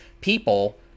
people